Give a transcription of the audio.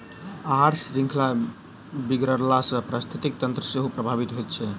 आहार शृंखला बिगड़ला सॅ पारिस्थितिकी तंत्र सेहो प्रभावित होइत छै